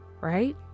right